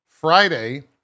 Friday